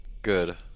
Good